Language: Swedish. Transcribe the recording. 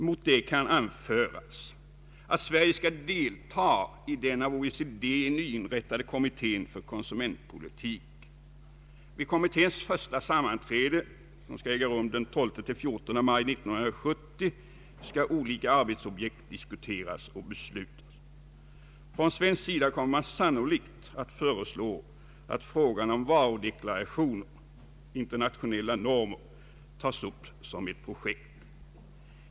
Mot det kan anföras att Sverige skall delta i den av OECD nyinrättade kommittén för konsumentpolitik. Vid kommitténs första sammanträde den 12—14 maj 1970 skall olika arbetsobjekt diskuteras och beslutas. Från svensk sida kommer man sannolikt att föreslå att frågan om varudeklaration — internationella normer — tas upp som ett projekt.